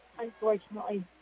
unfortunately